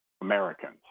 Americans